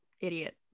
idiot